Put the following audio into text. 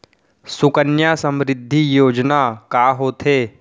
सुकन्या समृद्धि योजना का होथे